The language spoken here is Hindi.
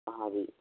हाँ जी